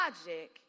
logic